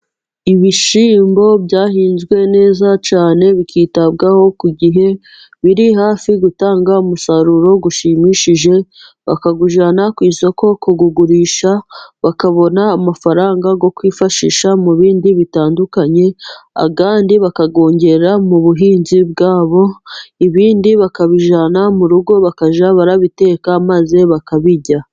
Ibishyimbo byahinzwe neza cyane bikitabwaho ku gihe, biri hafi gutanga umusaruro ushimishije, bakawujana ku isoko kuwugurisha, bakabona amafaranga yo kwifashisha mu bindi bitandukanye, ayandi bakayongera mu buhinzi bwabo, ibindi bakabijyana mu rugo bakajya barabiteka, maze bakabirya.